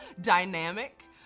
dynamic